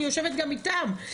אני יושבת גם איתם,